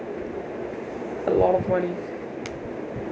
a lot of money